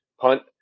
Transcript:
punt